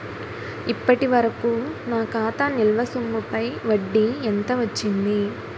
ఇప్పటి వరకూ నా ఖాతా నిల్వ సొమ్ముపై వడ్డీ ఎంత వచ్చింది?